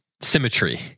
symmetry